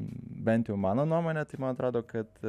bent jau mano nuomone tai man atrodo kad